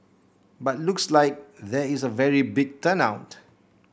but looks like there is a very big turn out